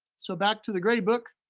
so back to the grade book,